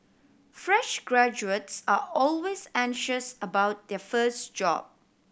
fresh graduates are always anxious about their first job